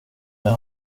med